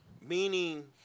Meaning